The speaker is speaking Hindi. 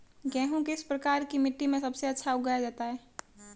गेहूँ किस प्रकार की मिट्टी में सबसे अच्छा उगाया जाता है?